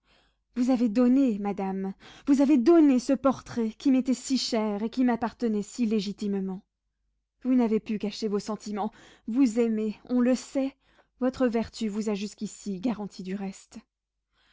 vous avez donné madame vous avez donné ce portrait qui m'était si cher et qui m'appartenait si légitimement vous n'avez pu cacher vos sentiments vous aimez on le sait votre vertu vous a jusqu'ici garantie du reste